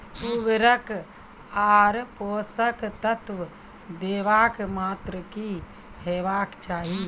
उर्वरक आर पोसक तत्व देवाक मात्राकी हेवाक चाही?